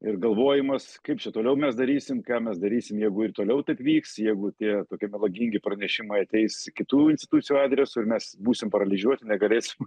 ir galvojimas kaip čia toliau mes darysim ką mes darysim jeigu ir toliau taip vyks jeigu tie tokie melagingi pranešimai ateis kitų institucijų adresu ir mes būsim paralyžiuoti negalėsim